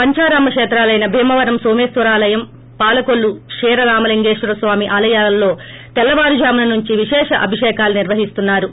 పంచారామ కేతాలైన భీమవరం నోమేశ్వరాలయం పాలకొల్లు కీరారామలింగేశ్వర స్వామి ఆలయాల్లో తెల్లవారుఝామున నుంచే విశేష అభిషేకాలు నిర్వహిస్తున్నారు